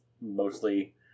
mostly